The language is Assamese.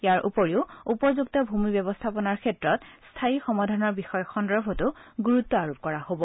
ইয়াৰ উপৰি উপযুক্ত ভূমি ব্যৱস্থাপনাৰ ক্ষেত্ৰত স্থায়ী সমাধানৰ বিষয় সন্দৰ্ভতো গুৰুত্ব আৰোপ কৰা হ'ব